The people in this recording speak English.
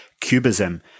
Cubism